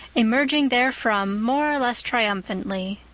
emerging therefrom more or less triumphantly.